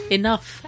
enough